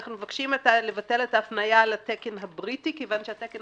אנחנו מבקשים לבטל את ההפניה על התקן הבריטי כי הוא כבר